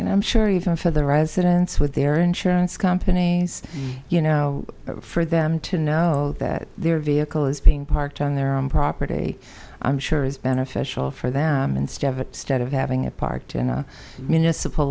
and i'm sure even for the residents with their insurance companies you know for them to know that their vehicle is being parked on their own property i'm sure is beneficial for them instead of a state of having a parked in a municipal